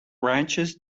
ranchers